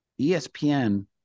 ESPN